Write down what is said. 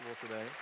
today